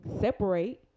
separate